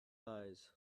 eyes